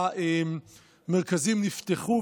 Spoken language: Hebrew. המרכזים נפתחו,